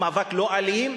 הוא מאבק לא אלים,